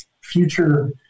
future